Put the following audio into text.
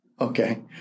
Okay